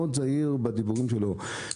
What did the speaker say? מאוד זהיר בדיבורים שלו,